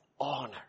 honor